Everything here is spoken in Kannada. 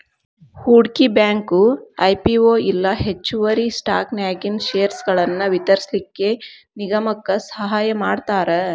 ಹೂಡ್ಕಿ ಬ್ಯಾಂಕು ಐ.ಪಿ.ಒ ಇಲ್ಲಾ ಹೆಚ್ಚುವರಿ ಸ್ಟಾಕನ್ಯಾಗಿನ್ ಷೇರ್ಗಳನ್ನ ವಿತರಿಸ್ಲಿಕ್ಕೆ ನಿಗಮಕ್ಕ ಸಹಾಯಮಾಡ್ತಾರ